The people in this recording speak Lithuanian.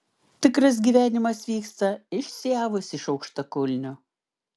tikras gyvenimas vyksta išsiavus iš aukštakulnių